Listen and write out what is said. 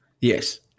Yes